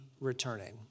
returning